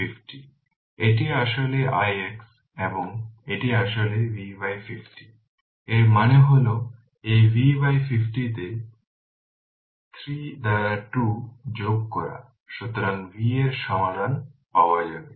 সুতরাং এটা আসলে ix এবং এটি আসলে V 50 এর মানে হল এই V 50 তে 3 দ্বারা 2 যোগ করা তারপর v এর সমাধান পাওয়া যাবে